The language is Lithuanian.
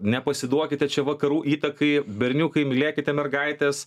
nepasiduokite čia vakarų įtakai berniukai mylėkite mergaites